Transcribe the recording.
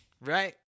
right